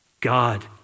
God